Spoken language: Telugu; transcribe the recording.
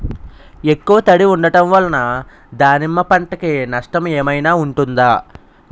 ఎక్కువ తడి ఉండడం వల్ల దానిమ్మ పంట కి నష్టం ఏమైనా ఉంటుందా?